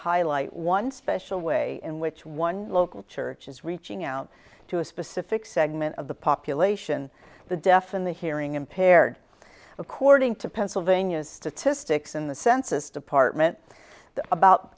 highlight one special way in which one local church is reaching out to a specific segment of the population the deaf and the hearing impaired according to pennsylvania's statistics in the census department about